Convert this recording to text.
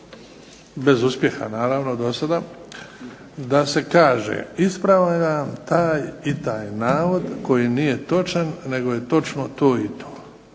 bez uspjeha naravno do sada, da se iskaže ispravljam taj i taj navod koji nije točan nego je točno to i to.